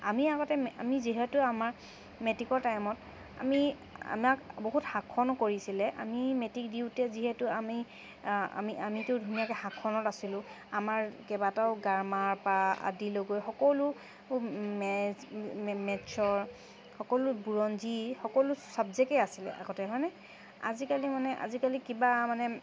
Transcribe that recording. আজি আগতে আমি যিহেতু আমাৰ মেটিকৰ টাইমত আমি আমাক বহুত শাসনো কৰিছিলে আমি মেটিক দিওঁতে যিহেতু আমি আমি আমিতো ধুনীয়াকৈ শাসনত আছিলো আমাৰ কেবাটাও গ্ৰামাৰৰপৰা আদি কৰি সকলো মেথছ মেথছৰ সকলো বুৰঞ্জী সকলো ছাবজেক্টে আছিলে আগতে হয়নে আজিকালি মানে আজিকালি কিবা মানে